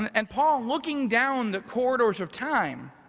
and and paul looking down the corridors of time,